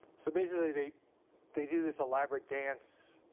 so basically, they they do this elaborate dance,